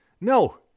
No